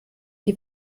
die